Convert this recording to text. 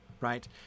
right